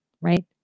right